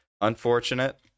unfortunate